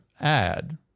add